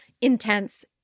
intense